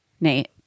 Nate